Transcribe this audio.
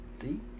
See